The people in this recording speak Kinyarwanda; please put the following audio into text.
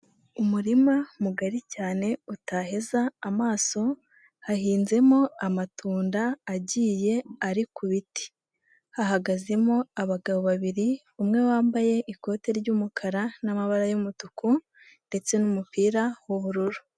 Umurima mugari cyane utaheza amaso, hahinzemo amatunda agiye ari ku biti hahagazemo abagabo babiri, umwe wambaye ikote ry'umukara n'amabara y'umutuku ndetse n'umupira w'ubururu.